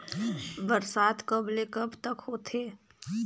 बरसात कब ल कब तक होथे?